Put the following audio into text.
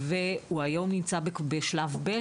היום הוא נמצא בשלב ב',